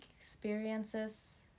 experiences